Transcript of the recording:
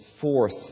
fourth